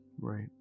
right